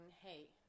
Hey